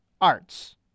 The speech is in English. arts